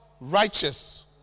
righteous